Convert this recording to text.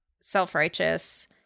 self-righteous